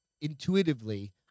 intuitively